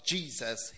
Jesus